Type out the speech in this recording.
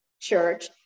church